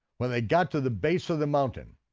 when they got to the base of the mountain,